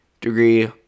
degree